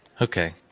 okay